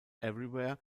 everywhere